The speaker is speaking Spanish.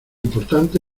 importante